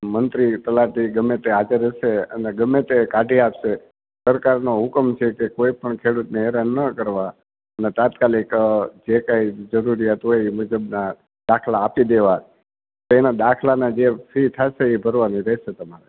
મંત્રી તલાટી ગમે તે હાજર હશે અને ગમે તે કાગડિયા હશે સરકારનો હુકમ છે કે કોઈપણ ખેડૂતને હેરાન ણ કરવા ને તાત્કાલિક જે કાઈ જરૂરિયાત હોય એ મુજબના દાખલા આપી દેવા તેના દાખલાના જે ફી થાશે એ ભરવાની રહેશે તમારે